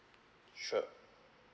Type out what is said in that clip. sure